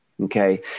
Okay